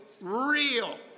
real